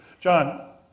John